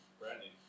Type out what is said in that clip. Brandy